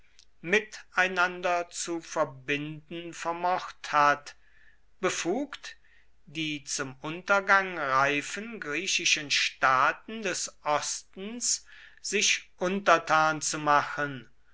miteinander zu verbinden vermocht hat befugt die zum untergang reifen griechischen staaten des ostens sich untertan zu machen